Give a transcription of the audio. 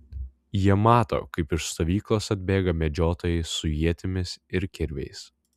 jie mato kaip iš stovyklos atbėga medžiotojai su ietimis ir kirviais